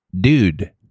dude